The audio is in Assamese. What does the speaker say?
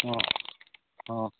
অঁ অঁ